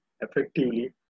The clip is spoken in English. effectively